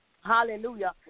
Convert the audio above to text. Hallelujah